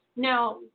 Now